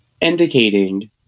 indicating